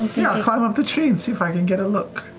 climb up the tree and see if i can get a look.